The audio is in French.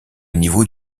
niveau